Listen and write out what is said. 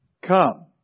Come